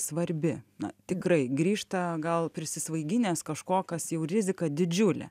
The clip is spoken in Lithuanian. svarbi na tikrai grįžta gal prisvaiginęs kažko kas jau rizika didžiulė